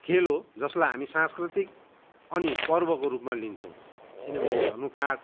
खेल हो जसलाई हामी सांस्कृतिक अनि पर्वको रूपमा लिन्छौँ किनभने धनुकाँड